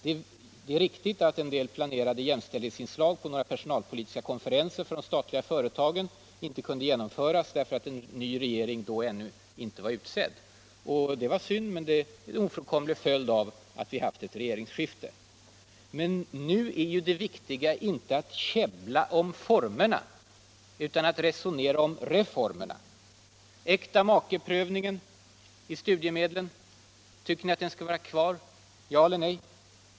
Det är riktigt att planerade jämställdhetsinslag på några personalpolitiska konferenser för de statliga företagen inte kunde genomföras därför att en ny regering då ännu inte var utsedd. Det var synd men en ofrånkomlig följd av att vi haft ett regeringsskifte. Men nu är ju det viktiga inte att käbbla om formerna utan att resonera om reformerna. Äktamakeprövningen i fråga om studiemedlen — tycker ni att den skall vara kvar? Ja eller nej!